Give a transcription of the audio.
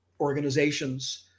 organizations